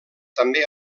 també